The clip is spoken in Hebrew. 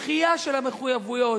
דחייה של המחויבויות,